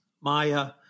Maya